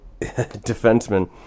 defenseman